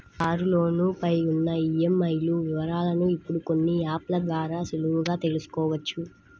కారులోను పై ఉన్న ఈఎంఐల వివరాలను ఇప్పుడు కొన్ని యాప్ ల ద్వారా సులువుగా తెల్సుకోవచ్చు